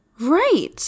Right